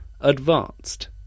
advanced